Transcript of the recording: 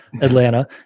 Atlanta